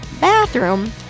bathroom